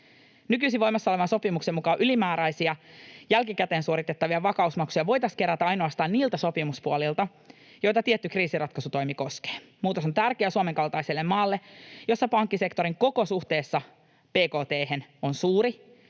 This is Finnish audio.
Nykyisin voimassa olevan sopimuksen mukaan ylimääräisiä, jälkikäteen suoritettavia vakausmaksuja voitaisiin kerätä ainoastaan niiltä sopimuspuolilta, joita tietty kriisinratkaisutoimi koskee. Muutos on tärkeä Suomen kaltaiselle maalle, jossa pankkisektorin koko suhteessa bkt:hen on suuri.